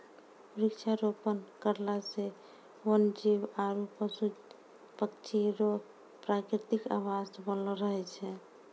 वृक्षारोपण करला से वन जीब आरु पशु पक्षी रो प्रकृतिक आवास बनलो रहै छै